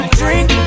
drink